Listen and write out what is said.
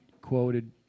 quoted